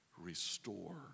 restore